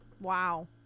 Wow